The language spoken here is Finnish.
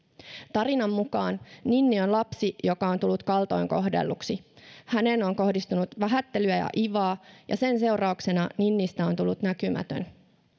tarinan mukaan ninni on lapsi joka on tullut kaltoinkohdelluksi häneen on kohdistunut vähättelyä ja ivaa ja sen seurauksena ninnistä on tullut näkymätön